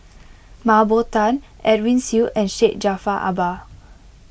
Mah Bow Tan Edwin Siew and Syed Jaafar Albar